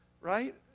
right